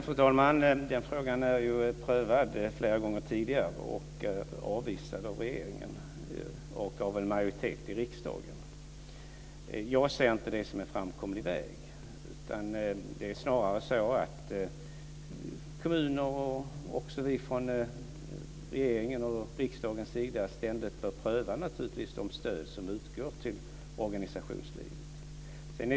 Fru talman! Den frågan har prövats flera gånger tidigare, och den har avvisats av regeringen och av en majoritet i riksdagen. Jag ser inte det som en framkomlig väg. Det är snarare så att kommuner, och också vi från regeringens och riksdagens sida, ständigt bör pröva de stöd som utgår till organisationslivet.